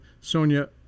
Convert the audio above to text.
Sonia